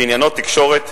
שעניינו תקשורת,